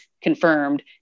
confirmed